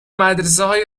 مدرسههای